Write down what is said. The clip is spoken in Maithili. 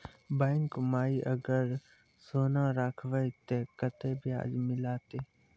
बैंक माई अगर सोना राखबै ते कतो ब्याज मिलाते?